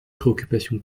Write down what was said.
préoccupation